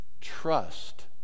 trust